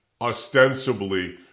Ostensibly